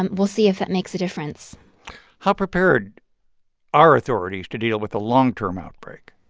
and we'll see if it makes a difference how prepared are authorities to deal with a long-term outbreak?